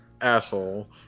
asshole